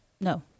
No